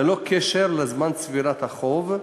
ללא קשר לזמן צבירת החוב,